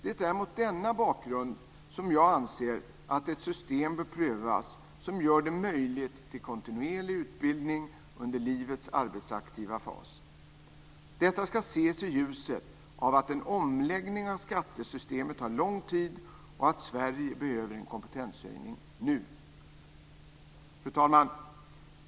Det är mot denna bakrund som jag anser att ett system bör prövas som gör det möjligt med kontinuerlig utbildning under livets arbetsaktiva fas. Detta ska ses i ljuset av att en omläggning av skattesystemet tar lång tid och att Sverige behöver en kompetenshöjning nu. Fru talman!